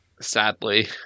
sadly